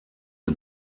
are